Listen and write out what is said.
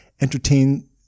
entertain